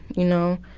you know?